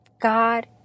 God